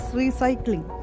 recycling